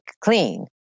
clean